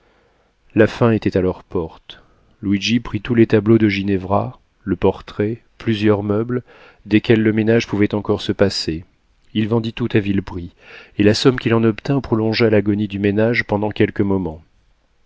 la faim était à leur porte luigi prit tous les tableaux de ginevra le portrait plusieurs meubles desquels le ménage pouvait encore se passer il vendit tout à vil prix et la somme qu'il en obtint prolongea l'agonie du ménage pendant quelques moments